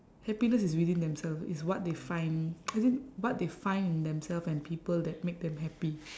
happiness is within themselves it's what they find as in what they find in themselves and people that make them happy